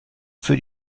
für